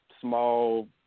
small